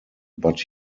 but